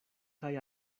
kaj